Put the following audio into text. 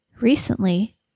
Recently